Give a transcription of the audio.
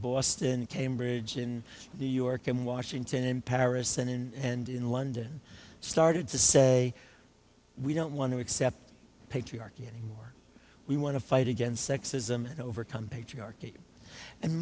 boston cambridge and new york and washington and paris and and in london started to say we don't want to accept patriarchy anymore we want to fight against sexism and overcome patriarchy and